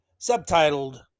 subtitled